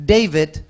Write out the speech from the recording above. David